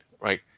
right